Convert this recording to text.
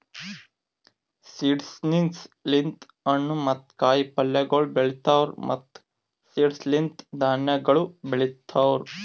seedlings ಲಿಂತ್ ಹಣ್ಣು ಮತ್ತ ಕಾಯಿ ಪಲ್ಯಗೊಳ್ ಬೆಳೀತಾರ್ ಮತ್ತ್ ಸೀಡ್ಸ್ ಲಿಂತ್ ಧಾನ್ಯಗೊಳ್ ಬೆಳಿತಾರ್